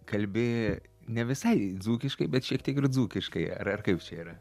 kalbi ne visai dzūkiškai bet šiek tiek dzūkiškai ar ar kaip kaip čia yra